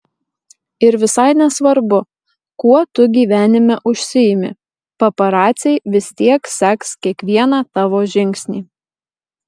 ir visai nesvarbu kuo tu gyvenime užsiimi paparaciai vis tiek seks kiekvieną tavo žingsnį